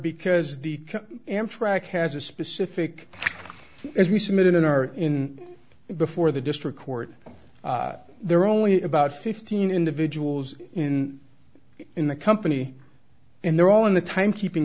because the amtrak has a specific as we submitted in our in before the district court there are only about fifteen individuals in in the company and they're all in the timekeeping